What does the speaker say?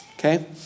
Okay